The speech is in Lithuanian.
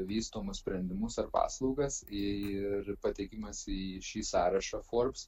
vystomus sprendimus ar paslaugas ir patekimas į šį sąrašą forbes